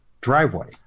driveway